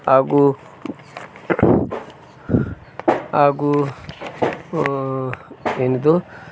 ಹಾಗು ಹಾಗು ಏನಿದು